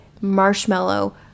Marshmallow